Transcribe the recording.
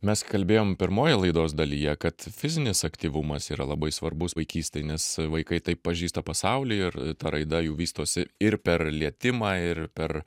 mes kalbėjom pirmoj laidos dalyje kad fizinis aktyvumas yra labai svarbus vaikystėj nes vaikai taip pažįsta pasaulį ir ta raida jų vystosi ir per lietimą ir per